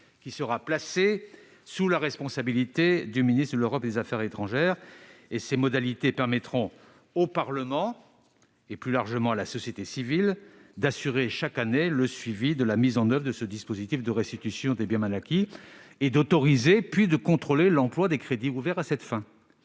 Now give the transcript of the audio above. qui sera placé sous la responsabilité du ministre de l'Europe et des affaires étrangères, et dont les modalités permettront au Parlement, et plus largement à la société civile, d'assurer chaque année le suivi de la mise en oeuvre de la restitution des biens mal acquis en autorisant, puis en contrôlant l'emploi des crédits ouverts à cette fin.